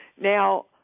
now